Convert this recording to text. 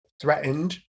threatened